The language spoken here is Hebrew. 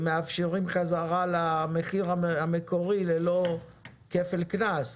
ומאפשרים חזרה למחיר המקורי ללא כפל קנס,